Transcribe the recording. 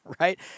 Right